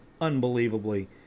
Unbelievably